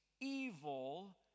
evil